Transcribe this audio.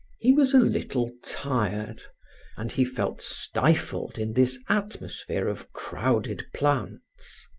he was a little tired and he felt stifled in this atmosphere of crowded plants.